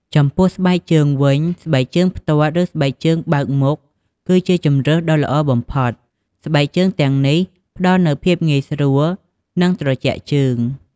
ចំពោះស្បែកជើងវិញ ស្បែកជើងផ្ទាត់ ឬ ស្បែកជើងបើកមុខ គឺជាជម្រើសដ៏ល្អបំផុត។ ស្បែកជើងទាំងនេះផ្ដល់នូវភាពងាយស្រួល និងត្រជាក់ជើង។